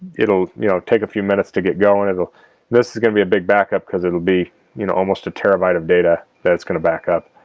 it'll you know take a few minutes to get going it'll this is gonna be a big backup because it'll be you know almost a terabyte of data, that's gonna back up